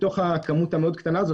מתוך הכמות המאוד קטנה הזו,